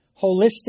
Holistic